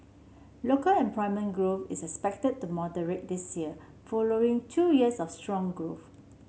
local employment growth is expected to moderate this year following two years of strong growth